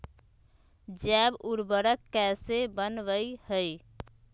जैव उर्वरक कैसे वनवय हैय?